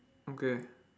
okay